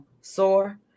sore